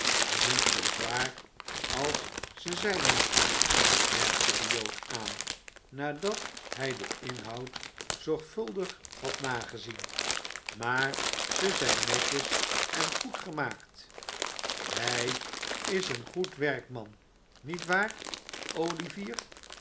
niet zoo zwaar als ze zijn moesten merkte de jood aan nadat hij den inhoud zorgvuldig had nagezien maar ze zijn netjes en goed gemaakt j hij is een goed werkman niet waar olivier